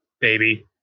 baby